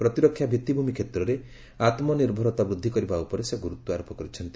ପ୍ରତିରକ୍ଷା ଭିଭିଭୂମି କ୍ଷେତ୍ରରେ ଆତ୍ମନିର୍ଭରତା ବୃଦ୍ଧି କରିବା ଉପରେ ସେ ଗୁରୁତ୍ୱାରୋପ କରିଛନ୍ତି